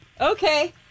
Okay